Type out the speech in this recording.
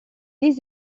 les